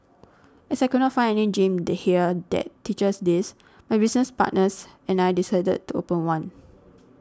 as I could not find any gym the here that teaches this my business partners and I decided to open one